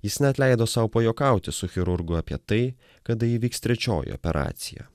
jis net leido sau pajuokauti su chirurgu apie tai kada įvyks trečioji operacija